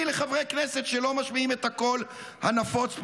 לחברי כנסת שלא משמיעים את הקול הנפוץ פה,